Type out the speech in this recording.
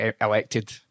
elected